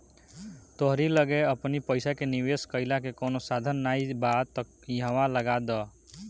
तोहरी लगे अपनी पईसा के निवेश कईला के कवनो साधन नाइ बा तअ इहवा लगा दअ